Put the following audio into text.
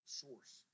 source